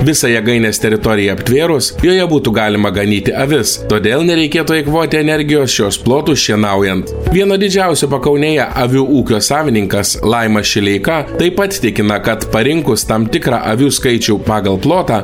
visą jėgainės teritoriją aptvėrus joje būtų galima ganyti avis todėl nereikėtų eikvoti energijos šiuos plotus šienaujant vieno didžiausių pakaunėje avių ūkio savininkas laimas šileika taip pat tikina kad parinkus tam tikrą avių skaičių pagal plotą